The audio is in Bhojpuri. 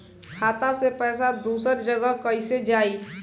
खाता से पैसा दूसर जगह कईसे जाई?